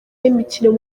y’imikino